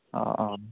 অঁ অঁ